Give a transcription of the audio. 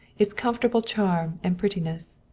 its comfortable charm and prettiness.